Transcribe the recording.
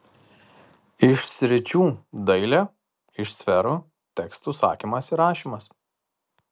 iš sričių dailė iš sferų tekstų sakymas ir rašymas